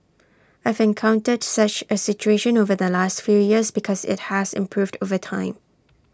I've encountered such A situation over the last few years but IT has improved over time